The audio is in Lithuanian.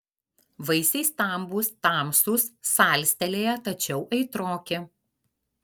vaisiai stambūs tamsūs salstelėję tačiau aitroki